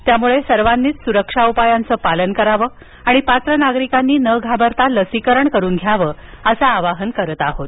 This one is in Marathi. त्यामुळे सर्वांनीच सुरक्षा उपायांचं पालन करावं आणि पात्र नागरिकांनी न घाबरता लसीकरण करून घ्यावं असं आवाहन करत आहोत